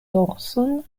dorson